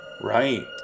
right